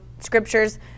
scriptures